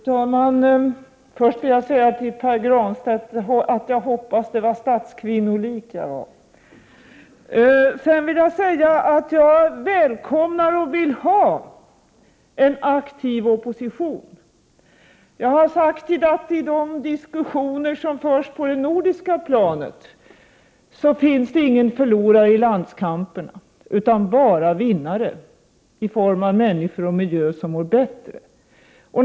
Fru talman! Först vill jag säga till Pär Granstedt att jag hoppas att jag var statskvinnolik! Sedan vill jag säga att jag vill ha en aktiv opposition. Jag har sagt att det inte finns någon förlorare i landskamperna i de diskussioner som förs på det nordiska planet. Det finns bara vinnare i form av människor och miljö som mår bättre.